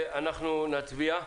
אנחנו נצביע.